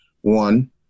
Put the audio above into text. One